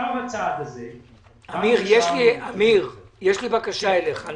יש לי בקשה אליך.